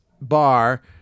bar